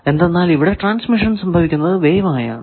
എന്തെന്നാൽ ഇവിടെ ട്രാൻസ്മിഷൻ സംഭവിക്കുന്നത് വേവ് ആയാണ്